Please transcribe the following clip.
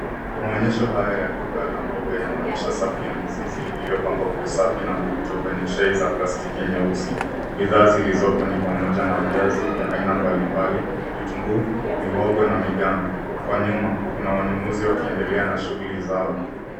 Maonyesho haya ya duka la mboga yanaonyesha safu ya mizizi iliyopangwa kwa usafi na mvuto kwenye tray za plastiki nyeusi. Bidhaa zilizopo ni pamoja na viazi vya aina mbalimbali, vitunguu, mihogo na migambi. Kwa nyuma, kuna wanunuzi wakiendelea na shughuli zao.